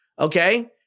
Okay